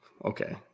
Okay